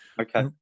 Okay